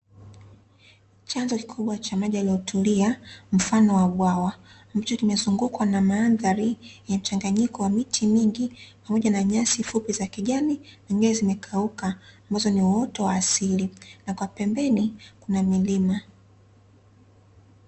Chanzo kikubwa cha maji yaliyotulia mfano wa bwawa, ambacho kimezungukwa na mandhari ya mchanganyiko wa miti mingi pamoja na nyasi fupi za kijani, na zingine zimekauka ambazo ni uoto wa asili na kwa pembeni kuna milima.